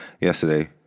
Yesterday